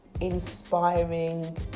inspiring